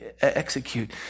execute